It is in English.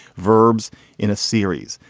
verbs in a series.